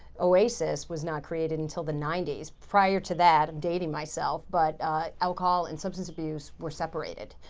oasis was not created until the ninety s. prior to that i'm dating myself, but alcohol and substance abuse were separated.